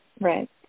right